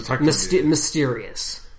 Mysterious